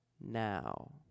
now